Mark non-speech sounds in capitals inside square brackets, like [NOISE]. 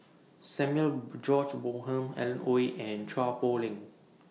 Samuel [NOISE] George Bonham Alan Oei and Chua Poh Leng